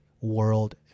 world